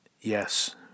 Yes